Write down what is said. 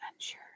adventure